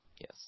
Yes